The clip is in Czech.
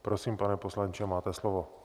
Prosím, pane poslanče, máte slovo.